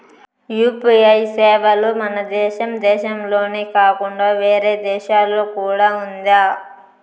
UPI సేవలు మన దేశం దేశంలోనే కాకుండా వేరే దేశాల్లో కూడా ఉందా?